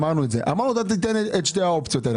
אמרנו: ניתן את שתי האופציות האלה.